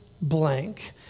blank